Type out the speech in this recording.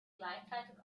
gleichzeitig